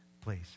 please